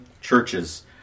churches